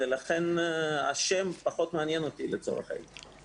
לכן השם פחות מעניין אותי לצורך העניין.